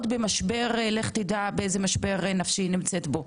ולך תדע באיזה משבר נפשי היא נמצאת בו.